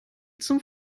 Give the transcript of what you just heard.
zum